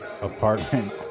Apartment